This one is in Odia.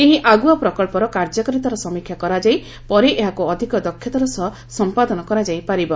ଏହି ଆଗ୍ରଆ ପ୍ରକଳ୍ପର କାର୍ଯ୍ୟକାରିତାର ସମୀକ୍ଷା କରାଯାଇ ପରେ ଏହାକୁ ଅଧିକ ଦକ୍ଷତାର ସହିତ ସମ୍ପାଦନ କରାଯାଇପାରିବ